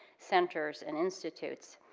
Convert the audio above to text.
centers, and institutes.